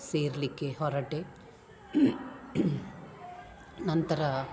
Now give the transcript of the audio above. ಸೇರಲಿಕ್ಕೆ ಹೊರಟೆ ನಂತರ